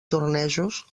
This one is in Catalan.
tornejos